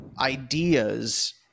ideas